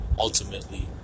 Ultimately